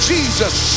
Jesus